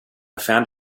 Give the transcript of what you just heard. found